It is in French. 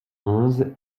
onze